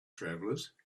travelers